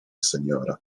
seniora